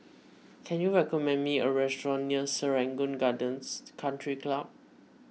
can you recommend me a restaurant near Serangoon Gardens Country Club